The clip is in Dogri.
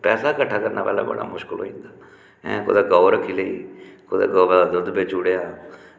पैसा कट्ठा करना पैह्लें बड़ा मुशकल होई जंदा ऐं कुतै गौ रक्खी लेई कुदै ग'वै दा दुद्ध बेची ओड़ेआ